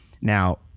now